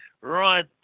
right